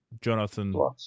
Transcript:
Jonathan